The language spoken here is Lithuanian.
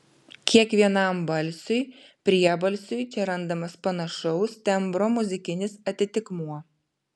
kiekvienam balsiui priebalsiui čia randamas panašaus tembro muzikinis atitikmuo